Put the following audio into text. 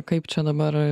kaip čia dabar